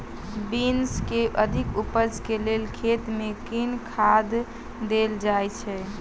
Beans केँ अधिक उपज केँ लेल खेत मे केँ खाद देल जाए छैय?